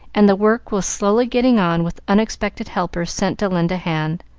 and the work was slowly getting on with unexpected helpers sent to lend a hand.